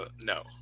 no